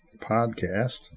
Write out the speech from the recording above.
podcast